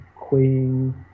Queen